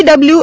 W